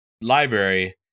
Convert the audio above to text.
library